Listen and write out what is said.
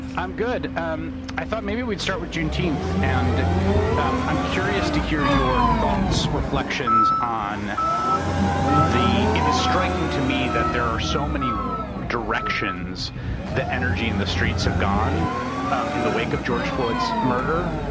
i'm good. um i thought maybe we'd start with juneteenth. and um i'm curious to hear your thoughts, reflections on the. it is striking to me that there are so many directions the energy and the streets have gone um in the wake of george floyd's murder